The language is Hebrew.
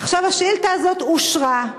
עכשיו, השאילתה הזאת אושרה,